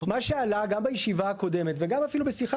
מה שעלה גם בישיבה הקודמת וגם אפילו בשיחה